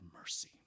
mercy